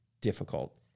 difficult